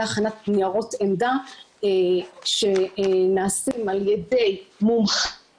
הכנת ניירות עמדה שנעשים על ידי מומחים